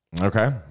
Okay